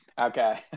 Okay